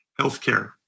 healthcare